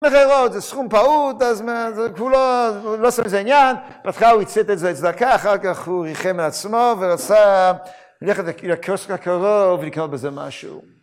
‫מכירות, זה סכום פעוט, ‫אז הוא לא עושה מזה עניין. ‫בהתחלה הוא היצט את זה לצדקה, ‫אחר כך הוא ריחם על עצמו ‫ורצה ללכת לקיוסק קרוב ‫ולקנות בזה משהו.